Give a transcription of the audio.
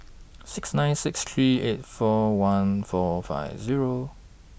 six nine six three eight four one four five Zero